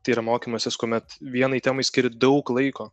tai yra mokymasis kuomet vienai temai skirti daug laiko